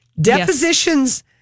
Depositions